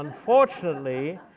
unfortunately,